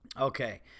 okay